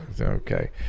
okay